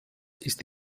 ist